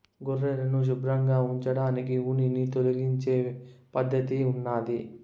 గొర్రెలను శుభ్రంగా ఉంచడానికి ఉన్నిని తొలగించే పద్ధతి ఉన్నాది